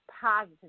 positive